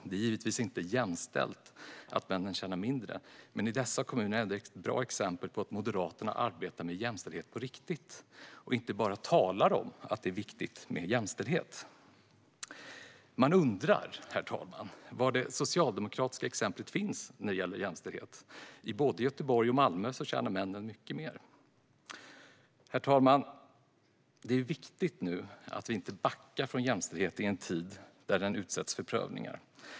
Det är givetvis inte jämställt att männen tjänar mindre i dessa kommuner men ändå ett bra exempel på att Moderaterna arbetar med jämställdhet på riktigt och inte bara talar om att det är viktigt med jämställdhet. Man undrar, herr talman, var det socialdemokratiska exemplet finns när det gäller jämställdhet. I både Göteborg och Malmö tjänar männen mycket mer. Herr talman! Det är viktigt nu att vi inte backar från jämställdheten i en tid då den utsätts för prövningar.